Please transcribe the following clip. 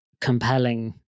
compelling